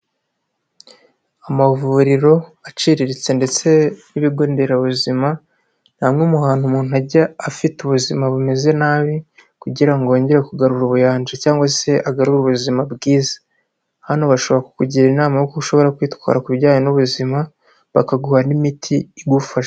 Amavuriro aciriritse ndetse n'ibigo nderabuzima, ni hamwe mu hantu umuntu ajya afite ubuzima bumeze nabi kugira ngo wongere kugarura ubuyanja cyangwa se agarure ubuzima bwiza, hano bashobora kukugira inama y'uko ushobora kwitwara ku bijyanye n'ubuzima bakaguha n'imiti igufasha.